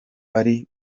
ari